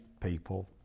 people